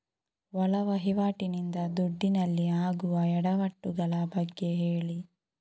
ಒಳ ವಹಿವಾಟಿ ನಿಂದ ದುಡ್ಡಿನಲ್ಲಿ ಆಗುವ ಎಡವಟ್ಟು ಗಳ ಬಗ್ಗೆ ಹೇಳಿ